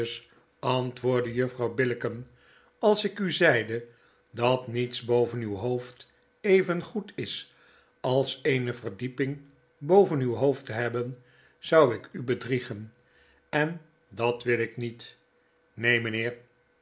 antwoordde juffrouw billicken als ik u zeide dat niets boven uw hoofd even goed is als eene verdieping boven uw hoofd te hebben zou ik u bedriegen en dat wil ik niet neen mynheer